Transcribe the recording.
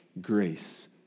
grace